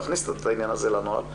להכניס את העניין הזה לנוהל,